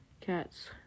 cats